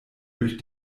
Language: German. durch